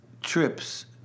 trips